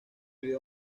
vídeo